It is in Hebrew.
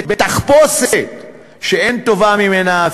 בתחפושת שאין טובה ממנה,